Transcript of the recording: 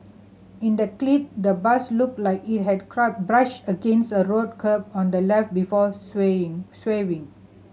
in the clip the bus looked like it had brushed against a road curb on the left before swerving